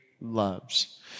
loves